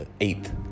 eighth